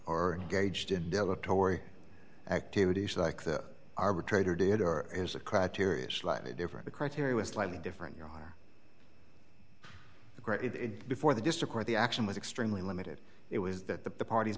or gage didn't develop tory activities like the arbitrator did or is a criteria slightly different the criteria was slightly different your honor the great before the district where the action was extremely limited it was that the parties